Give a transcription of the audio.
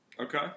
Okay